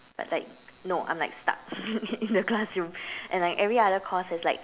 but like no I'm like stuck in the classroom and like every other course is like